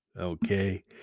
okay